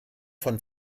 von